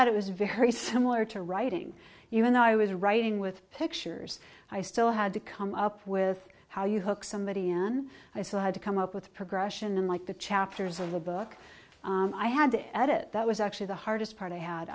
out it was very similar to writing even though i was writing with pictures i still had to come up with how you hook somebody in i still had to come up with a progression and like the chapters of a book i had to edit that was actually the hardest part i had